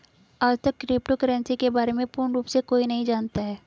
आजतक crypto currency के बारे में पूर्ण रूप से कोई भी नहीं जानता है